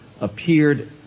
appeared